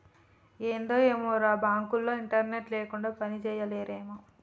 ఏందో ఏమోరా, బాంకులోల్లు ఇంటర్నెట్ లేకుండ పనిజేయలేరేమో